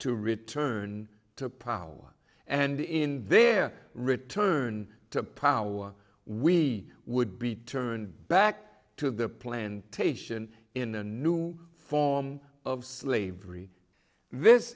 to return to power and in their return to power we would be turned back to the plantation in a new form of slavery this